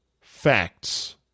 Facts